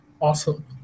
Awesome